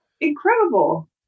incredible